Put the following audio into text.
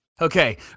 Okay